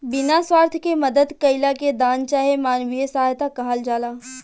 बिना स्वार्थ के मदद कईला के दान चाहे मानवीय सहायता कहल जाला